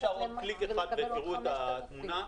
תראו את התמונה.